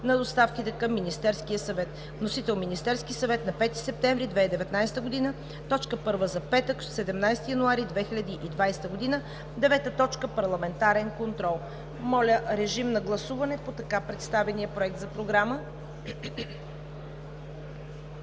на доставките към Министерския съвет. Вносител – Министерският съвет на 5 септември 2019 г., точка първа за петък – 17 януари 2020 г. 9. Парламентарен контрол.“ Моля, режим на гласуване по така представения Проект за програма.